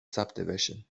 subdivision